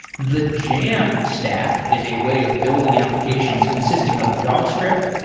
the jamstack is a way of building applications consisting of javascript,